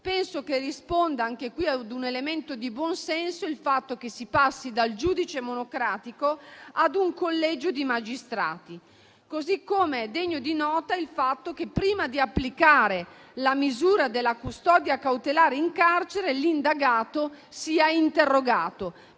penso che risponda a un elemento di buon senso il fatto che si passi dal giudice monocratico ad un collegio di magistrati. Così come è degno di nota il fatto che, prima di applicare la misura della custodia cautelare in carcere, l'indagato sia interrogato